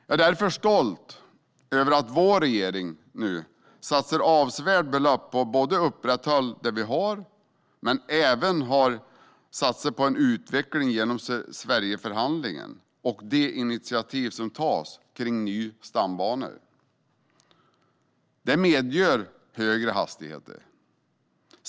Jag är därför stolt över att vår regering nu satsar avsevärda belopp på att upprätthålla det som vi har men även satsar på en utveckling genom Sverigeförhandlingen och de initiativ som tas i fråga om nya stambanor. Det medger högre hastigheter.